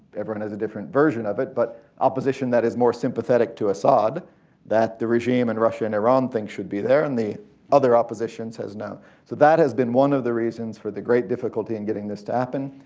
everyone has a different version of it, but opposition that is more sympathetic to assad that the regime, and russia, and iran think should be there. and the other opposition says no. so that has been one of the reasons for the great difficulty in getting this to happen.